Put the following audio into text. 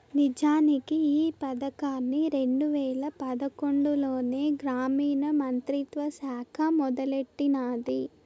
నిజానికి ఈ పదకాన్ని రెండు వేల పదకొండులోనే గ్రామీణ మంత్రిత్వ శాఖ మొదలెట్టినాది